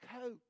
coach